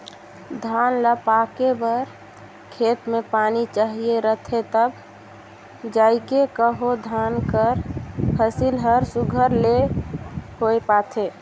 धान ल पाके बर खेत में पानी चाहिए रहथे तब जाएके कहों धान कर फसिल हर सुग्घर ले होए पाथे